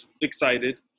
excited